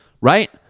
Right